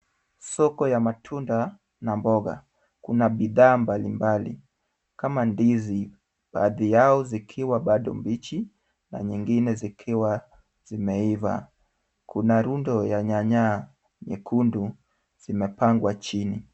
Soko ya matunda na mboga, kuna bidhaa mbalimbali kama ndizi, baadhi yao zikiwa bado mbichi na nyingine zikiwa zimeiva. Kuna rundo ya nyanya nyekundu zimepangwa chini.